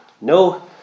no